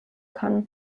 kann